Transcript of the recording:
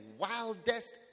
wildest